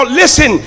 listen